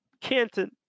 Canton